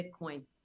Bitcoin